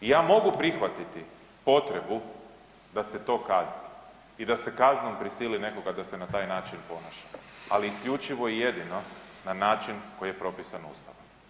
I ja mogu prihvatiti potrebu da se to kazni i da se kaznom prisili nekoga da se na taj način ponaša, ali isključivo i jedino na način koji je propisan Ustavom.